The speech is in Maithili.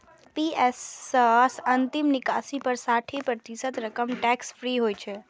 एन.पी.एस सं अंतिम निकासी पर साठि प्रतिशत रकम टैक्स फ्री होइ छै